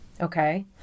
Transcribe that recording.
Okay